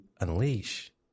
unleash